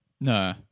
No